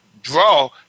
draw